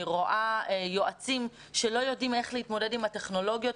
אני רואה יועצים שלא יודעים איך להתמודד עם הטכנולוגיות